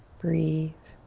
breathe.